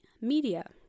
media